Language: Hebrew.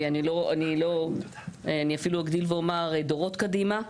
ואני אפילו אגדיל ואומר דורות קדימה.